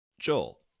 Joel